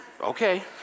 Okay